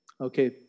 Okay